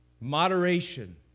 Moderation